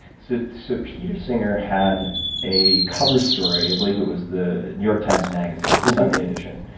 so so peter singer had a cover story. i believe it was the new york times magazine, sunday edition.